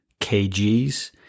kgs